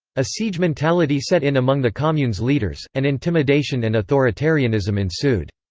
a siege mentality set in among the commune's leaders, and intimidation and authoritarianism ensued.